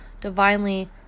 divinely